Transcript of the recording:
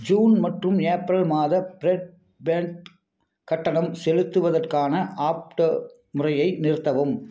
June மற்றும் April மாத broadband கட்டணம் செலுத்துவதற்கான ஆப்ட்டோ முறையை நிறுத்தவும்